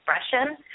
expression